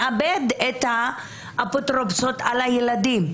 מאבד את האפוטרופסות על הילדים.